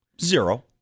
Zero